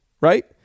right